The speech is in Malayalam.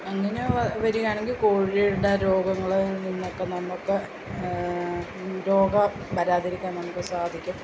അങ്ങനെ വരികയാണെങ്കിൽ കോഴിയുടെ രോഗങ്ങൾ നിന്നൊക്കെ നമുക്ക് രോഗം വരാതിരിക്കാൻ നമുക്ക് സാധിക്കും